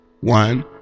one